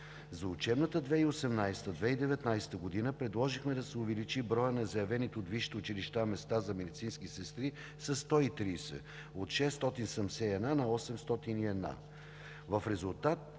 За учебната 2018 – 2019 г. предложихме да се увеличи броят на заявените от висшите училища места за медицински сестри със 130 – от 671 на 801. В резултат